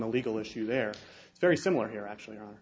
the legal issue they're very similar here actually